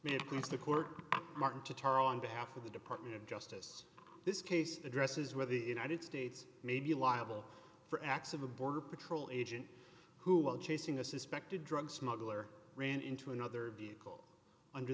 it's the court martin to tar on behalf of the department of justice this case addresses where the united states may be liable for acts of a border patrol agent who while chasing a suspected drug smuggler ran into another vehicle under